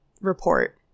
report